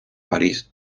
parís